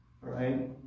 right